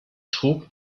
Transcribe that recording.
trug